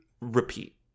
repeat